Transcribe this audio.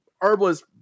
herbalist